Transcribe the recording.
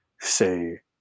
say